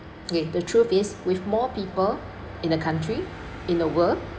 okay the truth is with more people in the country in the world